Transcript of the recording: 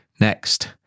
Next